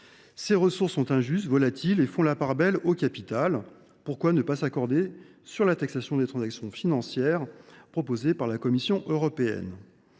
Ces ressources sont injustes et volatiles et elles font la part belle au capital. Pourquoi ne pas s’accorder sur la taxation des transactions financières que propose la Commission européenne ?